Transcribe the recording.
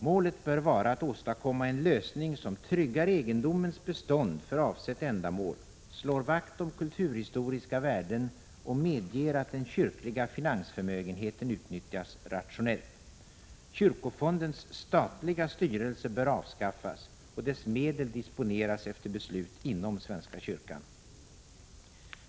Målet bör vara att åstadkomma en lösning som tryggar egendomens bestånd för avsett ändamål, slår vakt om kulturhistoriska värden och medger att den kyrkliga finansförmögenheten utnyttjas rationellt. Kyrkofondens statliga styrelse bör avskaffas och dess medel disponeras efter beslut inom svenska kyrkan.